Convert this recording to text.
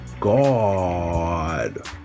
god